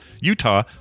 Utah